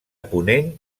ponent